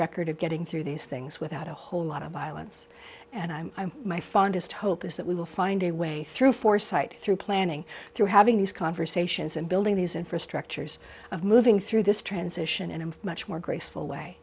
record of getting through these things without a whole lot of violence and i'm my fondest hope is that we will find a way through foresight through planning through having these conversations and building these infrastructures of moving through this transition in a much more graceful way